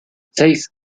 seis